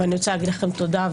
ואני רוצה להגיד לכם תודה.